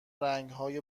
رنگهای